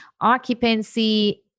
Occupancy